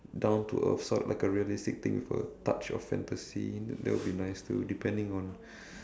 down to earth sort of like a realistic thing with a touch of fantasy that will be nice too depending on